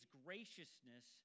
graciousness